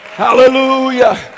Hallelujah